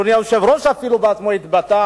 אפילו אדוני היושב-ראש התבטא,